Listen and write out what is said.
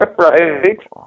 Right